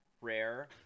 rare